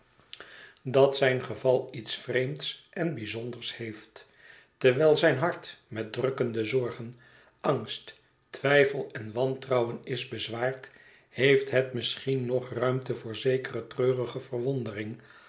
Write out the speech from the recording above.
dat zijn geval iets vreemds en bijzonders heeft terwijl zijn hart met drukkende zorgen angst twijfel en wantrouwen is bezwaard heeft het misschien nog ruimte voor zekere treurige verwondering